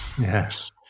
Yes